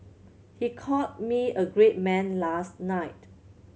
he called me a great man last night